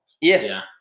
Yes